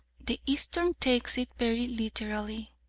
the eastern takes it very literally.